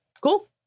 Cool